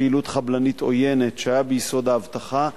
פעילות חבלנית עוינת שהיה ביסוד האבטחה,